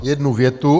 Jednu větu.